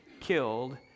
killed